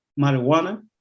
marijuana